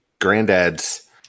granddad's